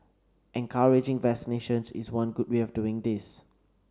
encouraging vaccinations is one good way of doing this